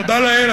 תודה לאל,